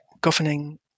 governing